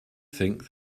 think